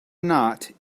not